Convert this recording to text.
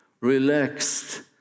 relaxed